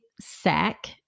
sack